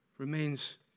remains